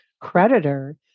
creditor